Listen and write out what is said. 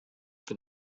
for